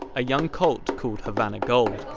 a young colt called havana gold.